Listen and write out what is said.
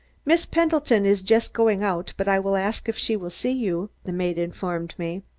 miss pendleton is just going out, but i will ask if she will see you, the maid informed me.